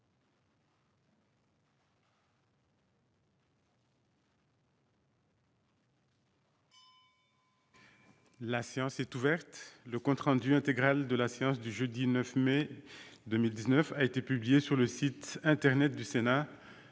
La séance est ouverte. Le compte rendu intégral de la séance du jeudi 9 mai 2019 a été publié sur le site internet du Sénat.